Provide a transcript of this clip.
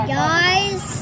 guys